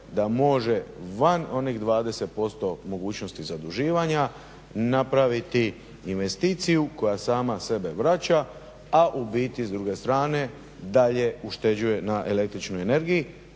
da može van onih 20% mogućnosti zaduživanja napraviti investiciju koja sama sebe vraća, a u biti s druge strane dalje ušteđuje na električnoj energiji.